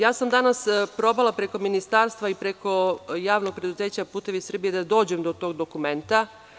Ja sam danas probala preko ministarstva i preko Javnog preduzeća „Putevi Srbije“ da dođem do tog dokumenta.